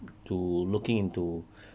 to looking into